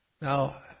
Now